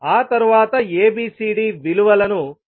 ఆ తరువాత ABCD విలువలను కనుగొంటాము